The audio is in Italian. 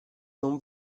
non